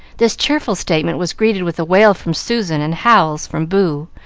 this cheerful statement was greeted with a wail from susan and howls from boo,